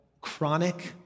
chronic